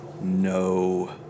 No